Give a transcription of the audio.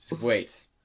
Wait